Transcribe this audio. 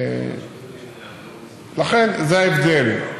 לכן, זה ההבדל.